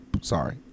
sorry